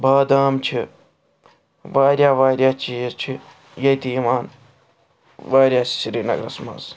بادام چھِ واریاہ واریاہ چیٖز چھِ ییٚتہِ یِوان واریاہ سرینَگرَس مَنٛز